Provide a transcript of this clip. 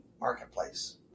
marketplace